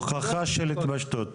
הוכחה של התפשטות.